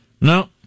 No